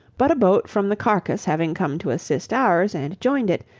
but a boat from the carcass having come to assist ours, and joined it,